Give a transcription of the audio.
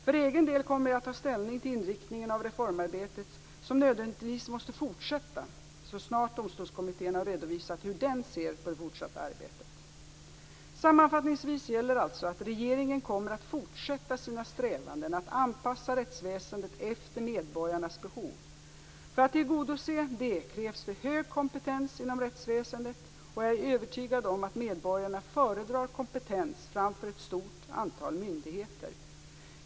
För egen del kommer jag att ta ställning till inriktningen av reformarbetet, som nödvändigtvis måste fortsätta, så snart Domstolskommittén har redovisat hur den ser på det fortsatta arbetet. Sammanfattningsvis gäller alltså att regeringen kommer att fortsätta sina strävanden att anpassa rättsväsendet efter medborgarnas behov. För att tillgodose detta krävs det hög kompetens inom rättsväsendet, och jag är övertygad om att medborgarna föredrar kompetens framför ett stort antal myndigheter.